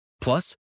Plus